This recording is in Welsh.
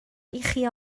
ichi